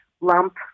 Lump